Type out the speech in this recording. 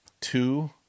two